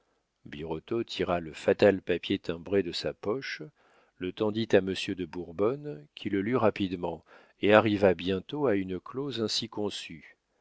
birotteau tira le fatal papier timbré de sa poche le tendit à monsieur de bourbonne qui le lut rapidement et arriva bientôt à une clause ainsi conçue